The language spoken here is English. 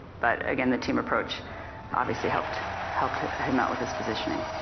but again, the team approach obviously helped helped him him out with his positioning.